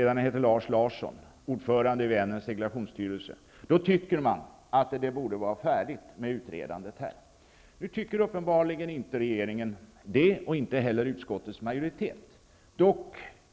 Det har han nu gjort. Man tycker då att det borde vara färdigt med utredandet. Uppenbarligen tycker inte vare sig regeringen eller utskottets majoritet det.